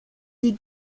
die